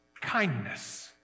Kindness